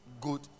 Good